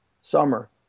Summer